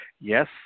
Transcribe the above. yes